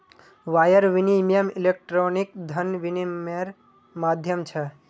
wire विनियम electronic धन विनियम्मेर माध्यम छ